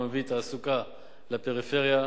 המביא תעסוקה לפריפריה,